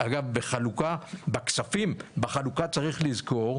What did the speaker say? אגב בכספים, בחלוקה צריך לזכור,